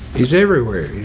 he's everywhere.